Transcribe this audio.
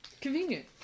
convenient